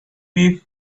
beef